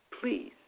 Please